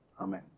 Amen